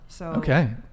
Okay